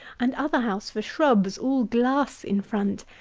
and other house for shrubs, all glass in front.